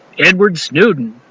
edward snowden,